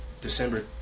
December